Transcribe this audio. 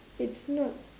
it's not